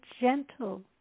gentle